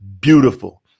beautiful